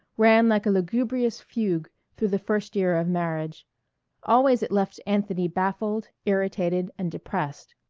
ran like a lugubrious fugue through the first year of marriage always it left anthony baffled, irritated, and depressed.